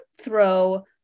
throw